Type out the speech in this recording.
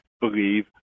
believe